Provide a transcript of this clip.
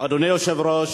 אדוני היושב-ראש,